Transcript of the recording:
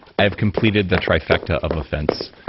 i have completed the trifecta of offense,